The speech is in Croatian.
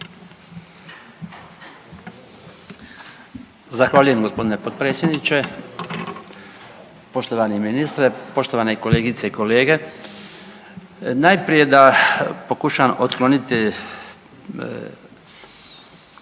Zahvaljujem g. potpredsjedniče. Poštovani ministre, poštovane kolegice i kolege. Najprije da pokušam otkloniti